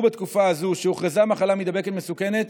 בתקופה הזאת שבה הוכרזה מחלה מדבקת מסוכנת